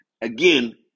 again